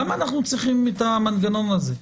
למה אנחנו צריכים את המנגנון הזה?